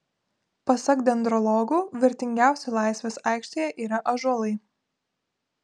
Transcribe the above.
pasak dendrologų vertingiausi laisvės aikštėje yra ąžuolai